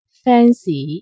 fancy 。